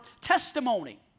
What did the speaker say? testimony